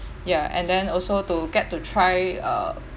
ya and then also to get to try uh